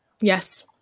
Yes